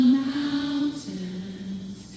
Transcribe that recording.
mountains